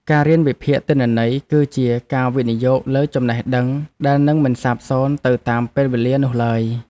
ការរៀនវិភាគទិន្នន័យ គឺជាការវិនិយោគលើចំណេះដឹងដែលនឹងមិនសាបសូន្យទៅតាមពេលវេលានោះឡើយ។